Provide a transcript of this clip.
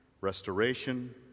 restoration